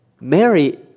Mary